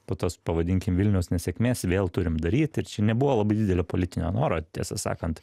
po tos pavadinkim vilniaus nesėkmės vėl turim daryt ir čia nebuvo labai didelio politinio noro tiesą sakant